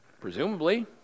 Presumably